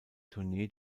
tournee